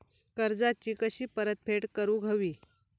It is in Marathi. कर्जाची कशी परतफेड करूक हवी?